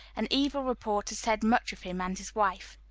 and evil report had said much of him and his wife.